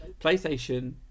PlayStation